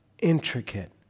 intricate